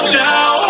now